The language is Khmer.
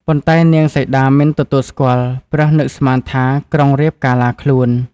ប៉ុន្តែនាងសីតាមិនទទួលស្គាល់ ព្រោះនឹកស្មានថា ក្រុងរាពណ៍កាឡាខ្លួន។